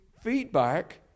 feedback